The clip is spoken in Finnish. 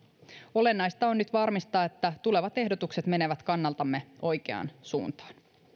olennaista on nyt varmistaa että tulevat ehdotukset menevät kannaltamme oikeaan suuntaan